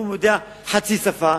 ואם הוא יודע חצי שפה,